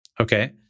Okay